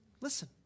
listen